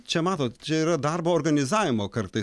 čia matot čia yra darbo organizavimo kartais